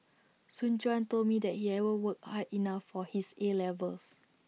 Soon Juan told me that he hadn't worked hard enough for his A levels